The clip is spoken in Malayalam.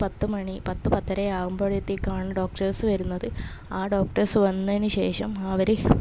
പത്ത് മണി പത്ത് പത്തര ആകുമ്പഴേത്തേക്കാണ് ഡോക്ടേഴ്സ് വരുന്നത് ആ ഡോക്ടേഴ്സ് വന്നതിന് ശേഷം അവർ